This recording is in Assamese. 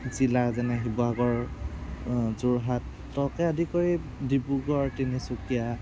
জিলা যেনে শিৱসাগৰ যোৰহাটকে আদি কৰি ডিব্ৰুগড় তিনিচুকীয়া